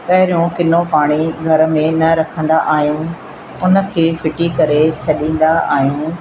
पहिरियों किनो पाणी घर में न रखंदा आहियूं उनखे फिटी करे छॾींदा आहियूं